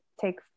take